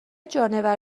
جانور